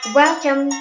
welcome